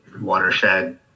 watershed